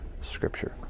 Scripture